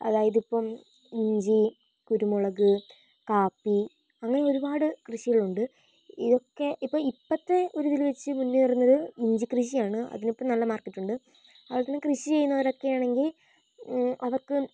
അതായതിപ്പം ഇഞ്ചി കുരുമുളക് കാപ്പി അങ്ങനെ ഒരുപാട് കൃഷികളുണ്ട് ഇതൊക്കെ ഇപ്പം ഇപ്പത്തെ ഒരിതില് വെച്ച് മുന്നേറുന്നത് ഇഞ്ചിക്കൃഷിയാണ് അതിനിപ്പം നല്ല മാർക്കറ്റുണ്ട് അവിടുന്ന് കൃഷി ചെയ്യുന്നവരൊക്കെയാണെങ്കിൽ അവർക്ക്